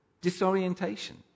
disorientation